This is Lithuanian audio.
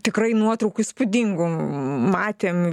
tikrai nuotraukų įspūdingų matėm